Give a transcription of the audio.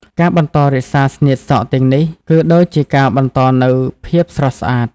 ការបន្តរក្សាស្នៀតសក់ទាំងនេះ គឺដូចជាការបន្តនូវ ភាពស្រស់ស្អាត។